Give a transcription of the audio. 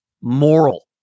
moral